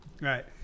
Right